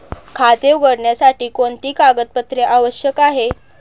खाते उघडण्यासाठी कोणती कागदपत्रे आवश्यक आहे?